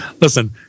listen